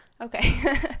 Okay